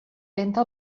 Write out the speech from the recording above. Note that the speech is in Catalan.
lenta